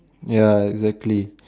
ya exactly